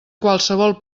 qualsevol